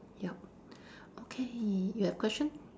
yup okay you have question